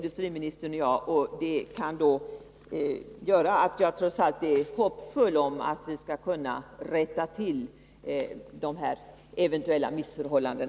Det gör att jag trots allt har hopp om att vi skall kunna rätta till rådande missförhållanden.